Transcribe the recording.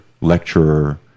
lecturer